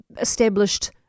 established